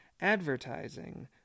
advertising